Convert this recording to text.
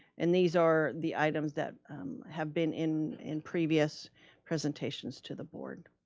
and these are the items that have been in in previous presentations to the board.